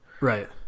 Right